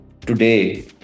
today